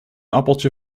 appeltje